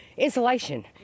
insulation